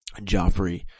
Joffrey